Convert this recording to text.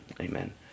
amen